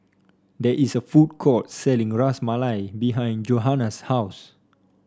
there is a food court selling Ras Malai behind Johanna's house